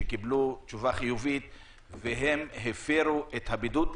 שקיבלו תשובה חיובית והם הפרו את הבידוד?